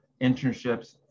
internships